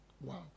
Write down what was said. wow